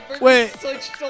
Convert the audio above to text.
Wait